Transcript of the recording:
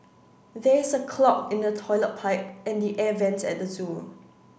there is a clog in the toilet pipe and the air vents at the zoo